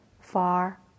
far